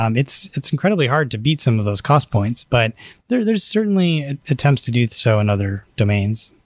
um it's it's incredibly hard to beat some of those cost points. but there's there's certainly attempts to do so in other domains.